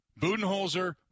Budenholzer